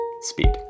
speed